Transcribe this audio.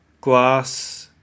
glass